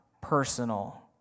personal